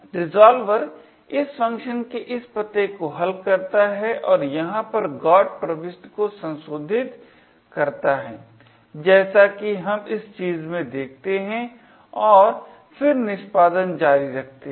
resolver इस function के इस पते को हल करता है और यहाँ पर GOT प्रविष्टि को संशोधित करता है जैसा कि हम इस चीज़ में देखते हैं और फिर निष्पादन जारी रखते हैं